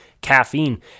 caffeine